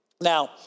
Now